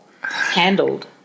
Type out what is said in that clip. Handled